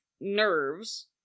nerves